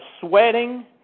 sweating